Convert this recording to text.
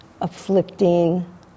afflicting